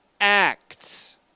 acts